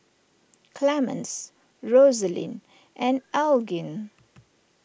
Clemens Rosaline and Elgin